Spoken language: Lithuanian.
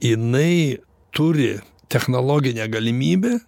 jinai turi technologinę galimybę